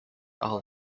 all